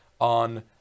on